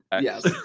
Yes